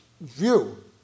view